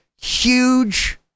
huge